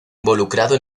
involucrado